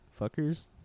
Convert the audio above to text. fuckers